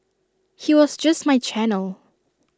he was just my channel